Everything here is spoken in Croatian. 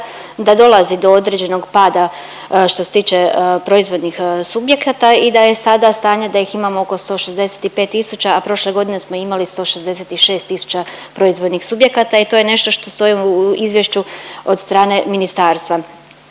da dolazi do određenog pada što se tiče proizvodnih subjekata i da je sada stanje da ih imamo oko 165 tisuća, a prošle godine smo imali 166 tisuća proizvodnih subjekata. I to je nešto što stoji u izvješću od strane ministarstva.